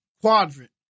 quadrant